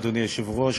אדוני היושב-ראש,